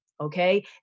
okay